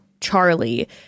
Charlie